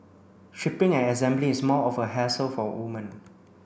stripping and assembly is more of a hassle for women